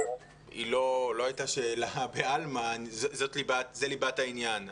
היא לא הייתה שאלה בעלמא, זה ליבת העניין.